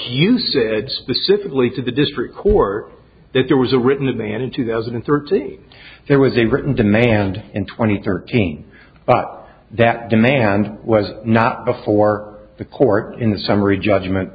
you said specifically to the district court that there was a written that they had in two thousand and thirty there was a written demand in twenty thirteen but that demand was not before the court in the summary judgment